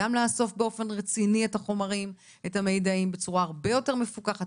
גם לאסוף באופן רציני את החומרים והמידעים בצורה הרבה יותר מפוקחת,